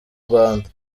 rwanda